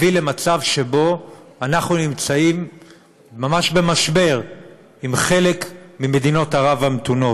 הביא למצב שבו אנחנו נמצאים ממש במשבר עם חלק ממדינות ערב המתונות.